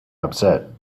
upset